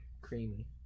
creamy